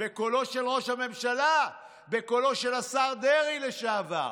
בקולו של ראש הממשלה, בקולו של השר לשעבר דרעי,